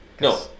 No